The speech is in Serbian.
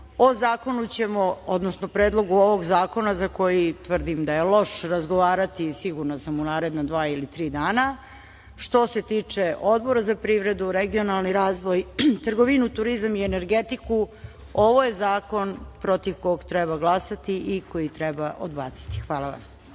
šta god želimo. O predlogu ovog zakona ćemo, za koji tvrdim da je loš, razgovarati sigurna sam u naredna dva ili tri dana. Što se tiče Odbora za privredu, regionalni razvoj, trgovinu, turizam i energetiku, ovo je zakon protiv kog treba glasati i koji treba odbaciti. Hvala.